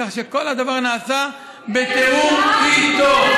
כך שכל הדבר נעשה בתיאום איתו.